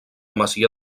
masia